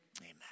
Amen